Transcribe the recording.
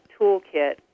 toolkit